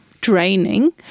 draining